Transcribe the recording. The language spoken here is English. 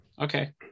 Okay